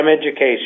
education